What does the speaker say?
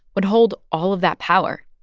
would hold all of that power.